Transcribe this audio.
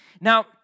Now